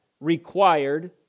required